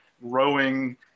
rowing